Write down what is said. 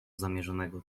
zamierzonego